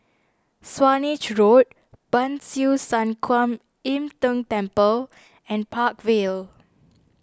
Swanage Road Ban Siew San Kuan Im Tng Temple and Park Vale